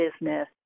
business